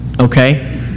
Okay